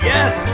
Yes